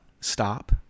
Stop